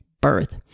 birth